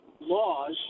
laws